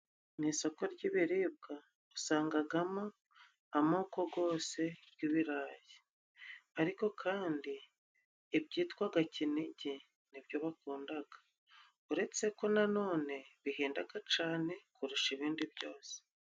Mu isoko ry'ibiribwa usangamo amoko yose y'ibirayi ariko kandi ibyitwa Kinigi ni byo bakunda, uretseko nanone bihenda cyane kurusha ibindi byose.